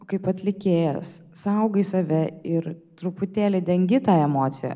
kaip atlikėjas saugai save ir truputėlį dengi tą emociją